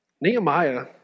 Nehemiah